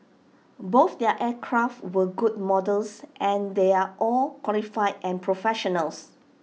both their aircraft were good models and they're all qualified and professionals